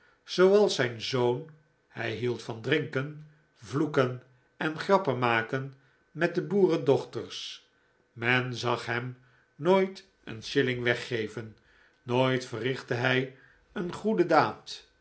zooals zijn zoon hij hield van drinken vloeken en grappen maken met de boerendochters men zag hem nooit een shilling weggeven nooit verrichtte hij een goede daad